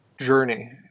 journey